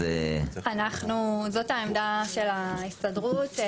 זוהי העמדה של ההסתדרות.